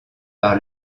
par